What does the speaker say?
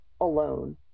alone